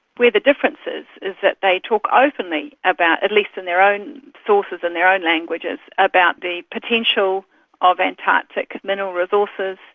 where the difference is is that they talk openly about, at least in their own sources and in their own languages, about the potential of antarctic mineral resources,